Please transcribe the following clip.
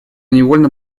невольно